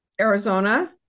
Arizona